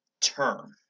term